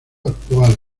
actuales